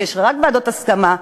כשיש רק ועדות הסכמה,